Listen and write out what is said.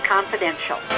Confidential